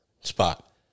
spot